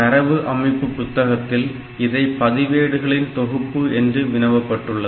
தரவு அமைப்பு புத்தகத்தில் இதை பதிவேடுகளின் தொகுப்பு என்று வினவப்பட்டுள்ளது